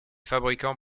fabricants